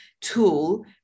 tool